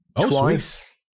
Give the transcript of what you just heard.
Twice